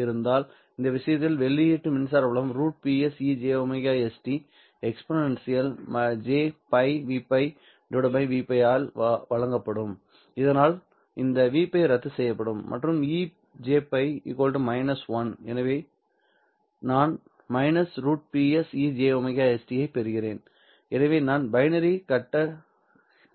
இருந்தால் இந்த விஷயத்தில் வெளியீடு மின்சார புலம் √Ps e jωs t exp jπ Vπ Vπ ஆல் வழங்கப்படும் ஆனால் இந்த Vπ ரத்து செய்யப்படும் மற்றும் ejπ 1 எனவே நான் -√Ps ej ωst ஐப் பெறுகிறேன் எனவே நான் பைனரி கட்ட ஷிப்ட் கீயிங்கைப் பெற்றுள்ளேன்